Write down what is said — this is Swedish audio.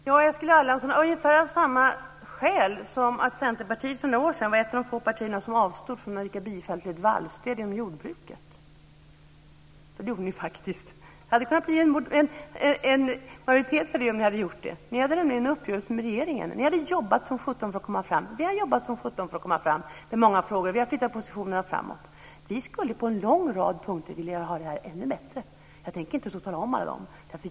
Fru talman! Av ungefär samma skäl som gjorde att Centerpartiet för några år sedan var ett av de få partier som avstod från att yrka bifall till ett vallstöd inom jordbruket, Eskil Erlandsson. Det gjorde ni faktiskt. Det hade kunnat bli en majoritet om ni inte hade gjort det. Ni hade nämligen en uppgörelse med regeringen. Ni hade jobbat som sjutton för att komma fram. Vi har jobbat som sjutton för att komma fram i många frågor. Vi har flyttat positionerna framåt. Vi skulle vilja ha detta ännu bättre på en lång rad punkter. Jag tänker inte tala om alla dem.